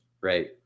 right